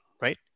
right